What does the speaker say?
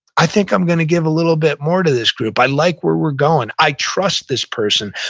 i think i'm going to give a little bit more to this group, i like where we're going, i trust this person,